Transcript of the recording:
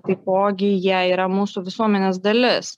taipogi jie yra mūsų visuomenės dalis